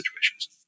situations